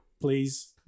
Please